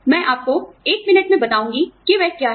मैं आपको एक मिनट में बताऊंगी कि वह क्या है